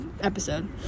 episode